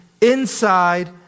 inside